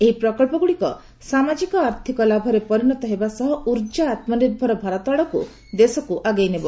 ଏହି ପ୍ରକଳ୍ପଗୁଡିକ ସାମାଜିକ ଆର୍ଥକ ଲାଭରେ ପରିଣତ ହେବ ସହ ଉର୍ଜା ଆତ୍ମନିର୍ଭାର ଭାରତ ଆଡକୁ ଦେଶକୁ ଆଗେଇ ନେବ